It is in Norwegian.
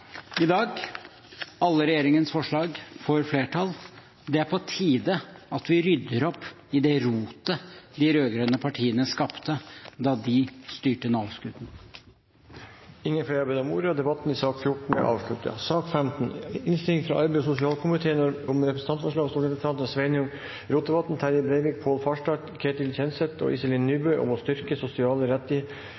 i dag. Alle regjeringens forslag får flertall. Det er på tide at vi rydder opp i det rotet de rød-grønne partiene skapte da de styrte Nav-skuta. Flere har ikke bedt om ordet til sak nr. 14. Etter ønske fra arbeids- og sosialkomiteen vil presidenten foreslå at taletiden blir begrenset til 5 minutter til hver partigruppe og